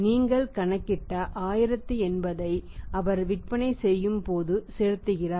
நீங்கள் கணக்கிட்ட 1080 ஐ அவர் விற்பனை செய்யும் போது செலுத்துகிறார்